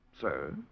sir